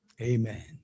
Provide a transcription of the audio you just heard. Amen